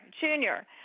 Junior